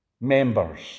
members